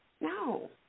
No